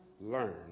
learn